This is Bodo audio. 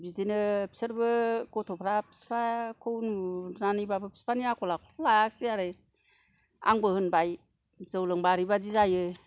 बिदिनो बिसोरबो गथ'फ्रा फिफाखौ नुनानैबाबो फिफानि आखल आखुखौ लायासै आरो आंबो होनबाय जौ लोंबा ओरैबादि जायो